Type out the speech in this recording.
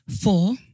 Four